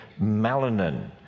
melanin